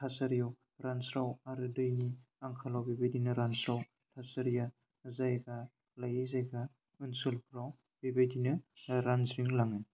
थासारियाव रानस्राव आरो दैनि आंखालाव बेबायदिनो रानस्राव थासारिया जायगा लायै जायगा ओनसोलफ्राव बेबायदिनो रानज्रिंलाङो